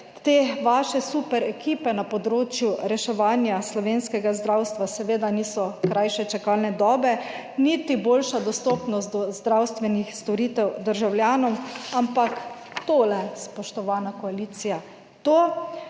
te vaše super ekipe, na področju reševanja slovenskega zdravstva, seveda niso krajše čakalne dobe, niti boljša dostopnost do zdravstvenih storitev državljanom. Ampak tole, spoštovana koalicija, to,